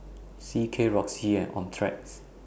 C K Roxy and Optrex